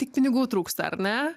tik pinigų trūksta ar ne